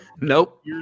Nope